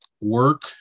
work